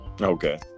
Okay